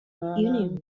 union